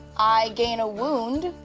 i gain a wound.